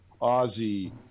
Ozzy